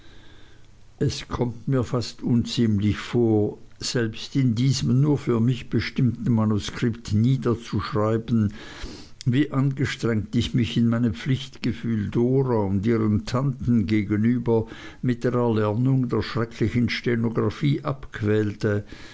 es kommt mir fast unziemlich vor selbst in diesem nur für mich bestimmten manuskript niederzuschreiben wie angestrengt ich mich in meinem pflichtgefühl dora und ihren tanten gegenüber mit der erlernung der schrecklichen stenographie